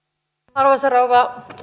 arvoisa rouva